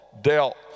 dealt